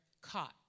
caught